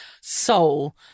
soul